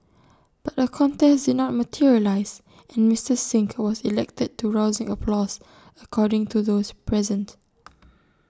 but A contest did not materialise and Mister Singh was elected to rousing applause according to those present